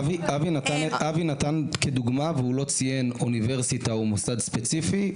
אבי הציג דוגמה והוא לא ציין אוניברסיטה או מוסד ספציפי.